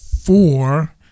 four